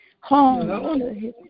home